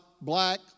black